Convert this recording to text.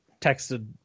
texted